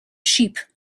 sheep